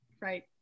Right